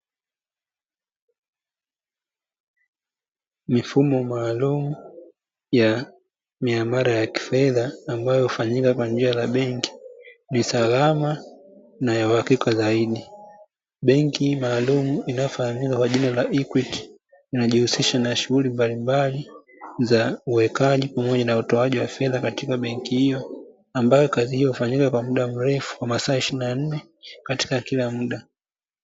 Mifumo maalum ya miamala ya kifedha ambayo hufanyika kwa njia ya benki, ni salama na ya uhakika zaidi benki maalumu inayofahamika kwa jina la "EQUITY", inajihusisha na shughuli mbalimbali za uwekaji pamoja na utoaji wa fedha katika benki hiyo ambayo kazi hiyo hufanyika kwa muda mrefu kwa masaa 24 katika kila muda.